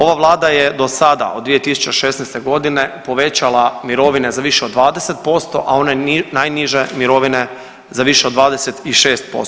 Ova vlada je do sada od 2016.g. povećala mirovine za više od 20%, a one najniže mirovine za više od 26%